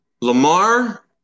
Lamar